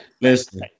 Listen